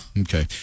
Okay